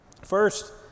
First